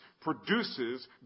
produces